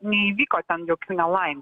neįvyko ten jokių nelaimių